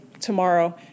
tomorrow